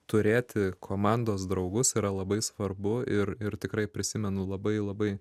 turėti komandos draugus yra labai svarbu ir ir tikrai prisimenu labai labai